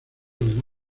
del